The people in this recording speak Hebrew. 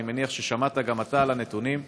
אני מניח ששמעת גם אתה על הנתונים,